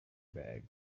bags